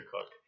cook